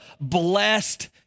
blessed